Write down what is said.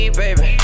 baby